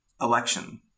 election